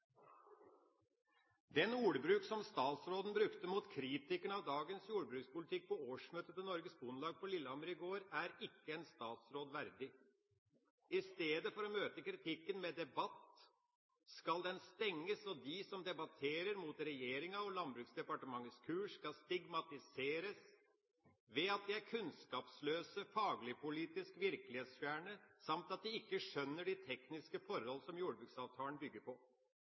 Den ordbruk som statsråden brukte mot kritikerne av dagens jordbrukspolitikk på årsmøtet til Norges Bondelag på Lillehammer i går, er ikke en statsråd verdig. I stedet for å møte kritikken med debatt skal den stenges, og de som debatterer mot regjeringas og Landbruksdepartementets kurs, skal stigmatiseres ved at de er kunnskapsløse, fagligpolitisk virkelighetsfjerne, samt at de ikke skjønner de tekniske forhold som jordbruksavtalen bygger på.